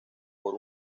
por